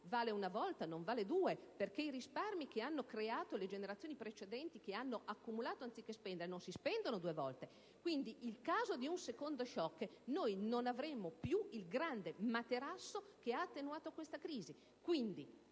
solo una volta e non può ripetersi, perché i risparmi che le generazioni precedenti hanno accumulato anziché spendere non si spendono due volte. Quindi, in caso di un secondo *shock*, non avremo più il grande materasso che ha attenuato questa crisi.